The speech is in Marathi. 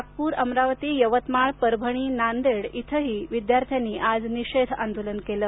नागपूर अमरावती यवतमाळ परभणी नांदेड इथंही आज विद्यार्थ्यांनी निषेध आंदोलन केलं